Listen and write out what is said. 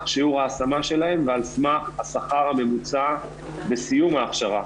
שיעור ההשמה שלהן ועל סמך השכר הממוצע בסיום ההכשרה